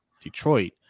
Detroit